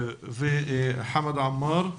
וחמד עמאר,